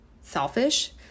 selfish